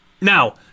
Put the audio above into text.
Now